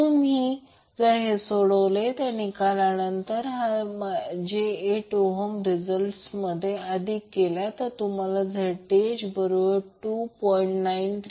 तुम्ही जर हे सोडवले आणि नंतर निकाल हा j5 ohm रिजल्ट मध्ये अधिक केला तर तुम्हाला Zth बरोबर 2